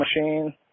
machine